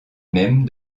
même